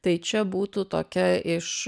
tai čia būtų tokia iš